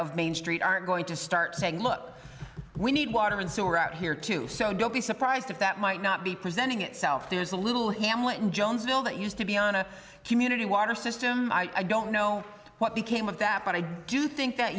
of main street aren't going to start saying look we need water and sewer out here too so don't be surprised if that might not be presenting itself there's a little hamlet in jonesville that used to be on a community water system i don't know what became of that but i do think that